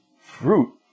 fruit